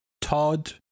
Todd